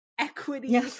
equity